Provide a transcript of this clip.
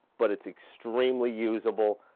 but it's extremely usable,